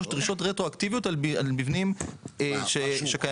דרישות רטרואקטיביות על מבנים שקיימים.